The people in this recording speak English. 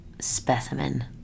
specimen